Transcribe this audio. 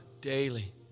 daily